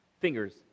fingers